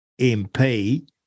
MP